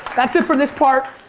that's it for this part.